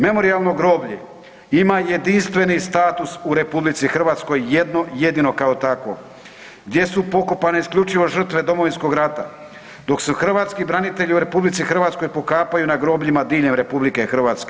Memorijalno groblje ima jedinstveni status u RH jedno jedino kao takvo gdje su pokopane isključivo žrtve Domovinskog rata, dok se hrvatski branitelji u RH pokapaju na grobljima diljem RH.